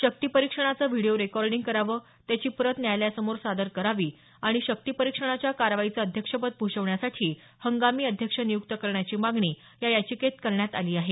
शक्ती परिक्षणाचं video recording करावं त्याची प्रत न्यायालयासमोर सादर करावी आणि शक्ती परिक्षणाच्या कारवाईचं अध्यक्षपद भूषवण्यासाठी हंगामी अध्यक्ष नियुक्त करण्याची मागणी या याचिकेत करण्यात आली आहे